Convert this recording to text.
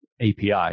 API